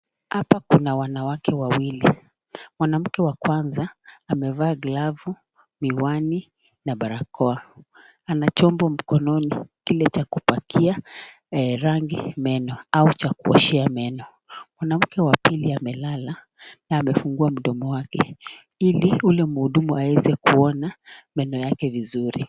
Hapa kuna wanawake wawili. Mwanamke wa kwanza amevaa glavu, miwani, na barakoa. Ana chombo mkononi kile cha kupakia rangi meno au kuoshea meno. Mwanamke wa pili amelala na amefungua mdomo wake ili ule mhudumu aweze kuona meno yake vizuri.